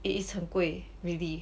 it is 很贵 really